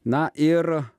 na ir